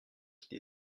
qui